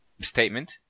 statement